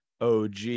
OG